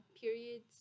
periods